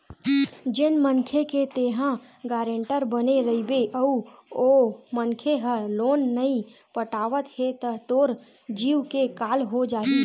जेन मनखे के तेंहा गारेंटर बने रहिबे अउ ओ मनखे ह लोन नइ पटावत हे त तोर जींव के काल हो जाही